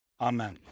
Amen